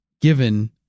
given